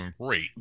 great